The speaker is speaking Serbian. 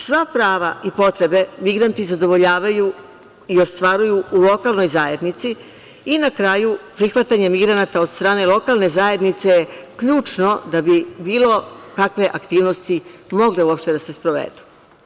Sva prava i potreba migranti zadovoljavaju i ostvaruju u lokalnoj zajednici i na kraju prihvatanje migranata od strane lokalne zajednice je ključno da bi bilo kakve aktivnosti mogle uopšte da se sprovedu.